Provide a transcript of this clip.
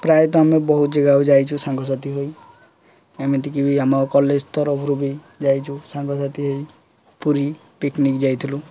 ପ୍ରାୟତଃ ଆମେ ବହୁତ ଜାଗାକୁ ଯାଇଛୁ ସାଙ୍ଗସାଥି ହୋଇ ଏମିତିକି ବି ଆମ କଲେଜ୍ ତରଫରୁ ବି ଯାଇଛୁ ସାଙ୍ଗସାଥି ହେଇ ପୁରୀ ପିକନିକ୍ ଯାଇଥିଲୁ